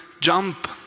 jump